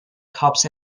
cops